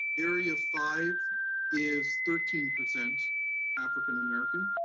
area five is thirteen percent african american.